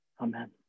Amen